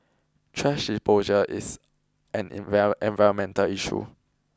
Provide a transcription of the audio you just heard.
trash disposal is an environmental issue